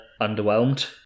underwhelmed